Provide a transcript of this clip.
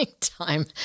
time